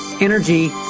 energy